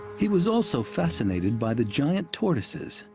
he was also fascinated by the giant tortoises,